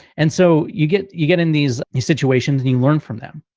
and so you get you get in these these situations, and you learn from them.